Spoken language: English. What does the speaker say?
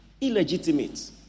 illegitimate